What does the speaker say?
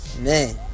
man